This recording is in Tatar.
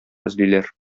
эзлиләр